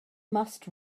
must